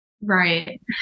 Right